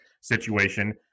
situation